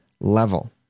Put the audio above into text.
level